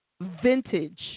vintage